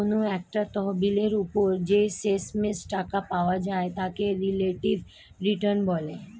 কোনো একটা তহবিলের উপর যে শেষমেষ টাকা পাওয়া যায় তাকে রিলেটিভ রিটার্ন বলে